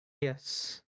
Yes